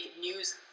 news